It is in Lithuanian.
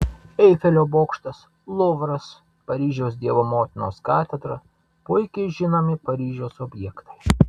eifelio bokštas luvras paryžiaus dievo motinos katedra puikiai žinomi paryžiaus objektai